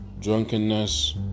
drunkenness